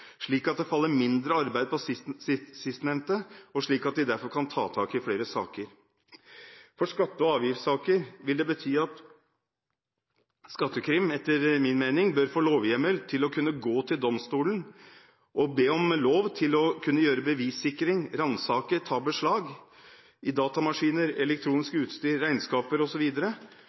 slik at det faller mindre arbeid på sistnevnte, og slik at de derfor kan ta tak i flere saker. For skatte- og avgiftssaker vil det bety at Skattekrim etter min mening bør få lovhjemmel til å kunne gå til domstolen, be om lov til å bevissikre, ransake og ta beslag i datamaskiner, elektronisk utstyr, regnskaper